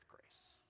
grace